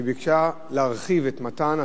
ומבקשת להרחיב את מתן התשלום,